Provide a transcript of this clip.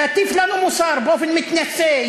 להטיף לנו מוסר באופן מתנשא,